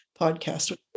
podcast